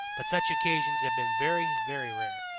but such occasions have been very, very rare.